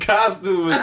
costume